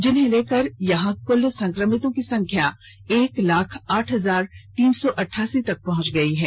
जिन्हे लेकर यहां कुल संक्रमितों की संख्या एक लाख आठ हजार तीन सौ अठासी तक पहुंच गयी है